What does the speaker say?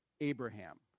Abraham